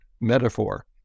metaphor